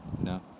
no